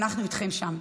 אנחנו איתכן שם.